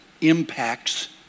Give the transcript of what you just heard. impacts